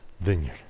vineyard